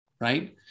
right